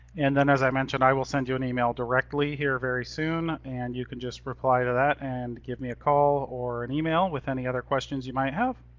and then as i mentioned, i will send you an email directly here very soon and you can just reply to that and give me a call or an email with any other questions you might have.